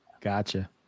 gotcha